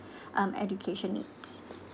um education need